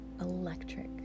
electric